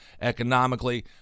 economically